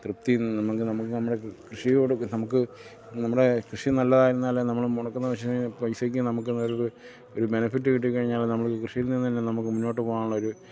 തൃപ്തി നമുക്ക് നമുക്ക് നമ്മുടെ കൃഷിയോട് നമുക്ക് നമ്മുടെ കൃഷി നല്ലതായിരുന്നാൽ നമ്മൾ മുടക്കുന്ന പൈസയ്ക്ക് നമുക്കൊരു ബെനഫിറ്റ് കിട്ടിക്കഴിഞ്ഞാൽ നമ്മൾക്ക് കൃഷിൽ നിന്ന് തന്നെ നമുക്ക് മുന്നോട്ട് പോകാനുള്ള ഒരു